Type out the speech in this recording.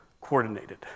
coordinated